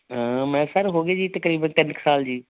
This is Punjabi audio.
ਮੈਂ ਸਰ ਹੋ ਗਏ ਜੀ ਤਕਰੀਬਨ ਤਿੰਨ ਕੁ ਸਾਲ ਜੀ